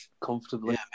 comfortably